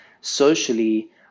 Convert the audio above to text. Socially